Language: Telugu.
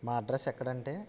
మా అడ్రస్ ఎక్కడ అంటే